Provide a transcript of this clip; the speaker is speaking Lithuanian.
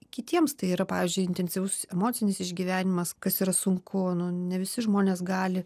kitiems tai yra pavyzdžiui intensyvus emocinis išgyvenimas kas yra sunku nu ne visi žmonės gali